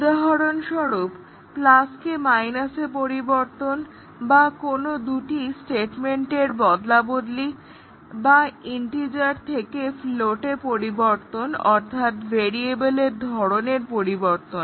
উদাহরণস্বরূপ প্লাসকে মাইনাসে পরিবর্তন বা কোনো দুটি স্টেটেমেন্টের মধ্যে বদলা বদলি বা ইন্টিজার থেকে ফ্লোটে পরিবর্তন অর্থাৎ ভেরিয়েবলের ধরনের পরিবর্তন